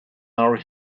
are